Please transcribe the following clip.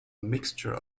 mixture